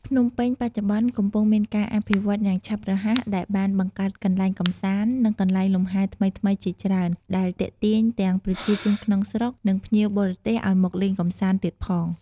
ភ្នំពេញបច្ចុប្បន្ន កំពុងមានការអភិវឌ្ឍយ៉ាងឆាប់រហ័ស ដែលបានបង្កើតកន្លែងកម្សាន្ត និងកន្លែងលំហែថ្មីៗជាច្រើន ដែលទាក់ទាញទាំងប្រជាជនក្នុងស្រុក និងភ្ញៀវបរទេសឲ្យមកលេងកម្សាន្ដទៀតផង។